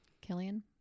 Killian